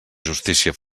justícia